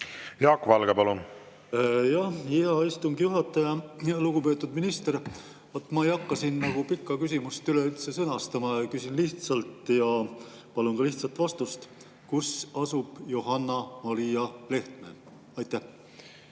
Jaak Valge, palun! Hea istungi juhataja! Lugupeetud minister! Ma ei hakka siin pikka küsimust üleüldse sõnastama. Küsin lihtsalt ja palun ka lihtsat vastust: kus asub Johanna‑Maria Lehtme? Hea